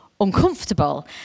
uncomfortable